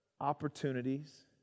opportunities